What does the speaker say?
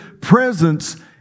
presence